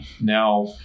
Now